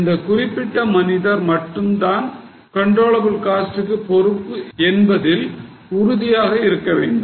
இந்த குறிப்பிட்ட மனிதர் மட்டும் தான் controllable costs க்கு பொறுப்பு என்பதில் உறுதியாக இருக்க வேண்டும்